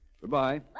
Goodbye